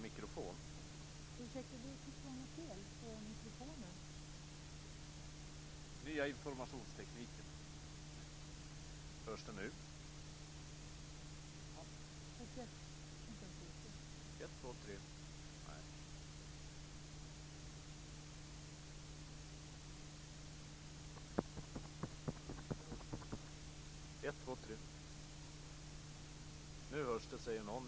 Så tror jag att vi måste hantera de här frågorna också i fortsättningen.